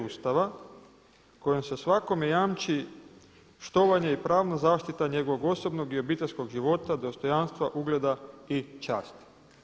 Ustava kojim se svakome jamči štovanje i pravna zaštita njegovog osobnog i obiteljskog života, dostojanstva, ugleda i časti.